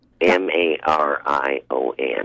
m-a-r-i-o-n